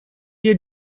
you